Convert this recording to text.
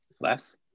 Less